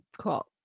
Cool